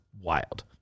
wild